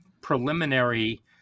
preliminary